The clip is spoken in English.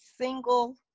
single